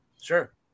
Sure